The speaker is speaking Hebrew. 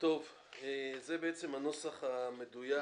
זה בעצם הנוסח המדויק.